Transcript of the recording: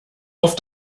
auf